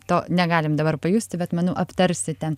to negalime dabar pajusti bet manau aptarsite